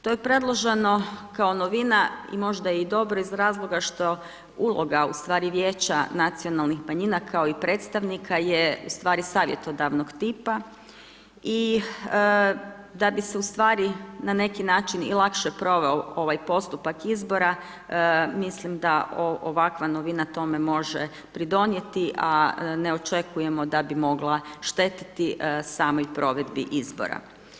To je predloženo kao novina i možda je i dobro iz razloga što uloga ustvari vijeća nacionalnih manjina kao i predstavnika je ustvari savjetodavnog tipa i da bi se ustvari na neki način i lakše proveo ovaj postupak izbora, mislim da ovakva novina može tome pridonijeti a ne očekujemo da bi mogla štetiti samoj provedbi izbora.